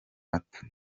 mata